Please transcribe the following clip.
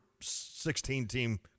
16-team